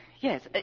yes